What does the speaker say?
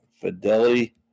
Fidelity